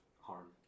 harm